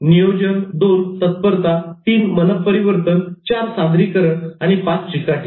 नियोजन तत्परता मनपरिवर्तन सादरीकरण चिकाटी